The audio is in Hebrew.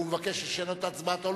הוא מבקש לשנות את הצבעתו.